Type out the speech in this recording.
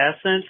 essence